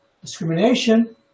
discrimination